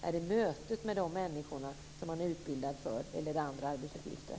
Är det mötet med de människor som man är utbildad för att ta hand om eller är det andra arbetsuppgifter?